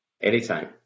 Anytime